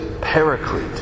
paraclete